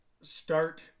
start